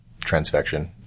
transfection